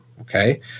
Okay